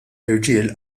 irġiel